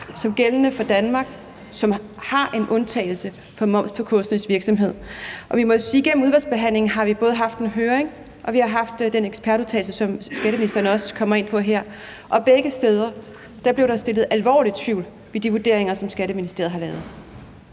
som gældende for Danmark, som har en undtagelse for moms på kunstnerisk virksomhed. Vi må sige, at vi gennem udvalgsbehandlingen både har haft en høring og fået den ekspertudtalelse, som skatteministeren også kommer ind på, og begge steder blev der sået alvorlig tvivl om de vurderinger, som Skatteministeriet har lavet.